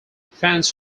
fans